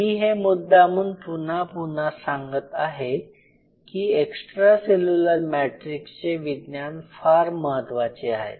मी हे मुद्दामून पुन पुनः सांगत आहे कि एक्स्ट्रा सेल्युलर मॅट्रिक्सचे विज्ञान फार महत्वाचे आहे